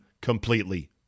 completely